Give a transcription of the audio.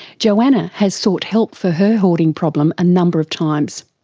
joanna has sought help for her hoarding problem a number of times.